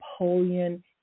Napoleon